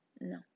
No